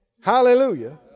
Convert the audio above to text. Hallelujah